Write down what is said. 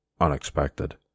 unexpected